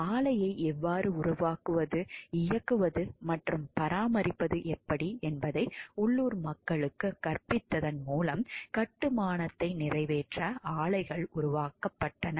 ஆலையை எவ்வாறு உருவாக்குவது இயக்குவது மற்றும் பராமரிப்பது எப்படி என்பதை உள்ளூர் மக்களுக்கு கற்பிப்பதன் மூலம் கட்டுமானத்தை நிறைவேற்ற ஆலைகள் உருவாக்கப்பட்டன